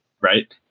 right